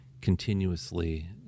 continuously